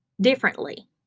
differently